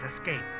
escape